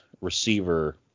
receiver